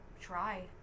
try